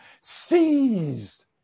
seized